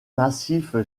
massif